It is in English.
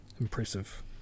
impressive